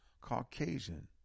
Caucasian